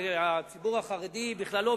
והציבור החרדי בכללו,